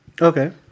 Okay